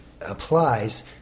applies